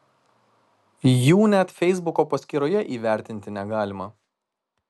jų net feisbuko paskyroje įvertinti negalima